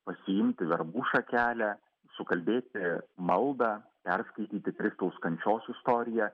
pasiimti verbų šakelę sukalbėti maldą perskaityti kristaus kančios istoriją